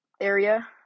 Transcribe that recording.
area